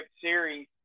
Series